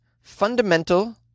fundamental